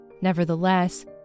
Nevertheless